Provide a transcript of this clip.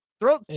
Throw